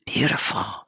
Beautiful